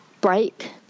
break